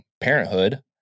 parenthood